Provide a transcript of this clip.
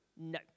No